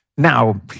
Now